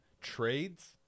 trades